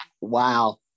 Wow